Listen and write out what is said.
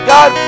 God